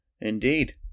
Indeed